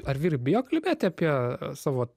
ar vyrai bijo kalbėti apie savo